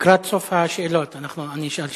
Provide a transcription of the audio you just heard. לקראת סוף השאלות אני אשאל שאלה.